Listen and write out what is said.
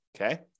Okay